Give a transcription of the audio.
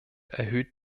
erhöht